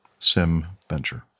simventure